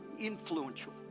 influential